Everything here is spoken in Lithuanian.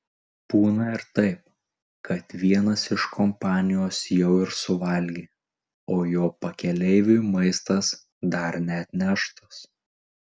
būna ir taip kad vienas iš kompanijos jau ir suvalgė o jo pakeleiviui maistas dar neatneštas